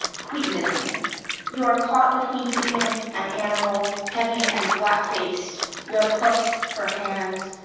cretinism you are caught between human and animal, heavy and flat-faced. you have hoofs for hands,